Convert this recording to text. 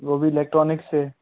वो भी इलेक्ट्रॉनिक से